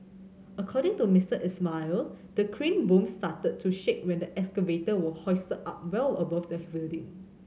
according to Mister Ismail the crane boom started to shake when the excavator was hoisted up well above the building